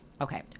okay